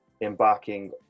embarking